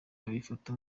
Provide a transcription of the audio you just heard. babifata